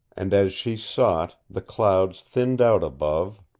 and as she sought, the clouds thinned out above,